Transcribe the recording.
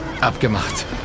Abgemacht